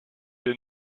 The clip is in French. des